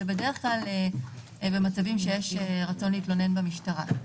זה בדרך כלל במצבים שיש רצון להתלונן במשטרה.